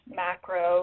macro